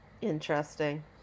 Interesting